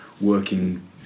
working